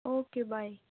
okay bye